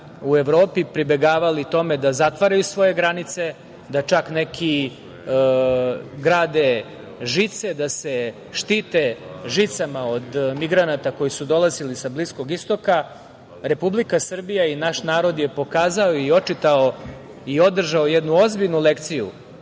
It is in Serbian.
u Evropi pribegavali tome da zatvaraju svoje granice, da čak neki grade žice, da se štite žicama od migranata koji su dolazili sa Bliskog Istoka, Republika Srbija i naš narod je pokazao i očitao i održao jednu ozbiljnu lekciju